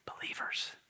believers